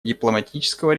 дипломатического